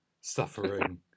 suffering